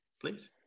please